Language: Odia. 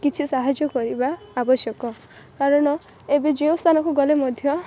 କିଛି ସାହାଯ୍ୟ କରିବା ଆବଶ୍ୟକ କାରଣ ଏବେ ଯେଉଁ ସ୍ଥାନକୁ ଗଲେ ମଧ୍ୟ